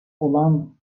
olan